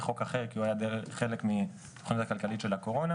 לפחות מהצד שלנו.